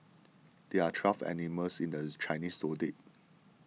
there are twelve animals in the Chinese zodiac